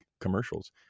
commercials